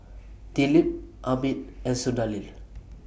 Dilip Amit and Sunderlal